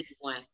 one